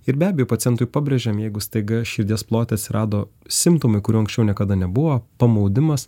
ir be abejo pacientui pabrėžiam jeigu staiga širdies plote rado simptomai kurių anksčiau niekada nebuvo pamaudimas